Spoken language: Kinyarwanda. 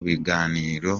biganiro